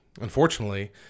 unfortunately